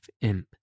imp